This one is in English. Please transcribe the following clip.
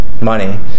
money